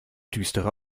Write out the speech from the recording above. düstere